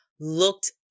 looked